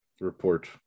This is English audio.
report